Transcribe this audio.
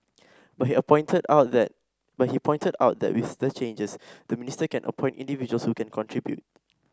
but he appointed out that but he pointed out that with the changes the minister can appoint individuals who can contribute